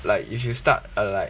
like if you start like